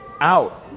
out